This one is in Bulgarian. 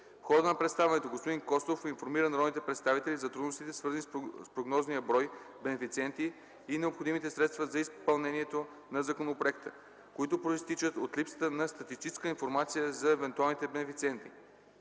В хода на представянето господин Костов информира народните представители за трудностите, свързани с прогнозния брой бенефициенти и необходимите средства за изпълнението на законопроекта, които произтичат от липсата на статистическа информация за евентуалните бенефициенти.